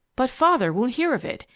but father won't hear of it.